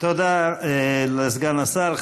תודה לסגן השר.